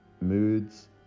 Moods